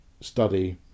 study